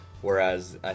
whereas